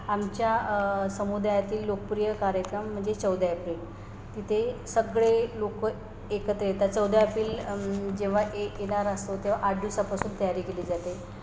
आमच्या समुदायातील लोकप्रिय कार्यक्रम म्हणजे चौदा एप्रिल तिथे सगळे लोकं एकत्र येतात चौदा एप्रिल जेव्हा ए येणार असतो तेव्हा आठ दिवसापासून तयारी केली जाते